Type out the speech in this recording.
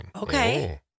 Okay